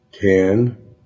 ten